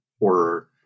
horror